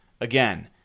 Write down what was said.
Again